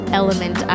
element